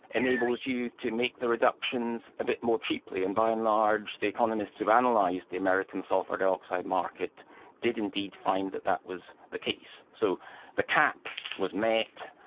enables you to make the reductions a bit more cheaply and by and large the economists who've analysed and like the american sulphur dioxide market did indeed find that that was the case. so the cap was met,